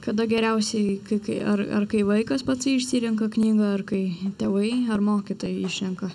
kada geriausiai kai kai ar ar kai vaikas pats išsirenka knygą ar kai tėvai ar mokytojai išrenka